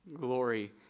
glory